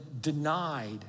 denied